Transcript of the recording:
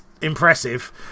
impressive